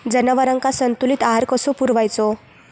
जनावरांका संतुलित आहार कसो पुरवायचो?